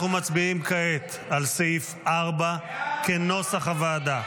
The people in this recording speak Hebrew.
אנחנו מצביעים כעת על סעיף 4 כנוסח הוועדה.